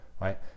Right